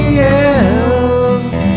else